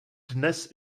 dnes